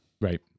Right